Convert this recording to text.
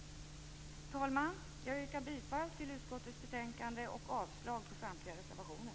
Fru talman! Jag yrkar bifall till hemställan i utskottets betänkande och avslag på samtliga reservationer.